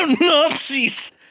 Nazis